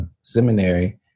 seminary